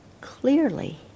clearly